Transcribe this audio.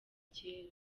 kera